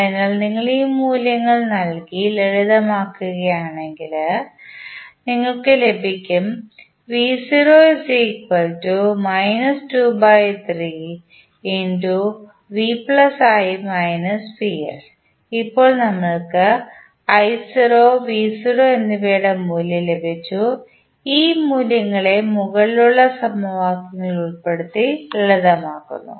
അതിനാൽ നിങ്ങൾ ഈ മൂല്യങ്ങൾ നൽകി ലളിതമാക്കുകയാണെങ്കിൽ ഞങ്ങൾക്ക് ലഭിക്കും ഇപ്പോൾ നമുക്ക് i0 v0 എന്നിവയുടെ മൂല്യം ലഭിച്ചു ഈ മൂല്യങ്ങളെ മുകളിലുള്ള സമവാക്യത്തിൽ ഉൾപ്പെടുത്തി ലളിതമാക്കുന്നു